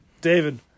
David